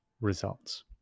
results